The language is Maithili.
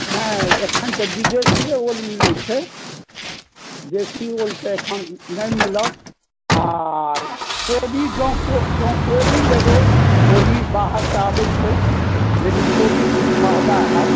नहि एखन तऽ विदेशिए ओल मिलै छै देशी ओल तऽ एखन नहि मिलत आ कोबी जंँ कोबो लेबै तऽ कोबो बाहरसँ आबै छै लेकिन कोबी किछु महगा होयत